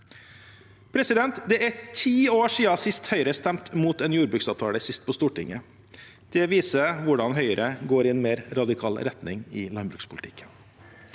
matpriser. Det er ti år siden Høyre sist stemte mot en jordbruksavtale på Stortinget. Det viser hvordan Høyre går i en mer radikal retning i landbrukspolitikken.